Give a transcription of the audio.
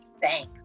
bank